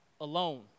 alone